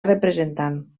representant